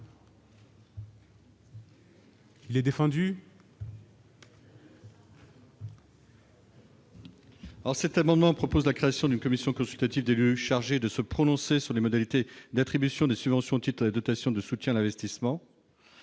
Il est défendu.